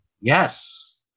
Yes